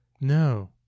no